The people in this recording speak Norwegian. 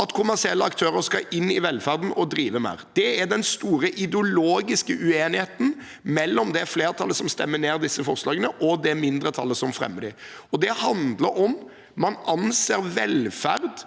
at kommersielle aktører skal inn i velferden og drive mer. Det er den store ideologiske uenigheten mellom det flertallet som stemmer ned disse forslagene, og det mindretallet som fremmer dem. Det handler om hvorvidt man anser velferd